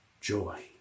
joy